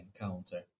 encounter